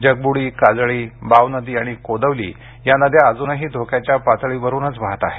जगबुडी काजळी बावनदी आणि कोदवली या नद्या अजूनही धोक्याच्या पातळीवरूनच वाहत आहेत